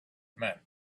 meant